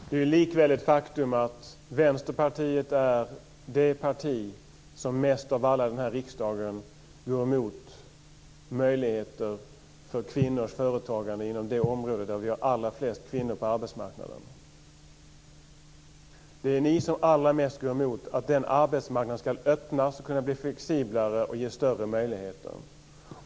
Herr talman! Det är likväl ett faktum att Vänsterpartiet är det parti som mest av alla i den här riksdagen går mot möjligheter för kvinnors företagande inom det område där vi har allra flest kvinnor på arbetsmarknaden. Det är ni som allra mest går emot att den arbetsmarknaden ska öppnas och ska kunna bli flexiblare och ge större möjlighet.